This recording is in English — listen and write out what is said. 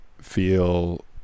feel